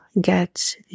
get